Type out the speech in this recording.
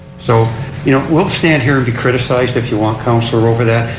so you know we'll stand here and be criticized if you want councillor over that.